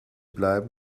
bleiben